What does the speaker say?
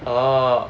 orh